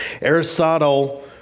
Aristotle